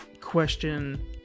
question